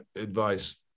advice